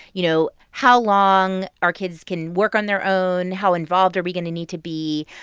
you know, how long our kids can work on their own, how involved are we going to need to be?